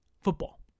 football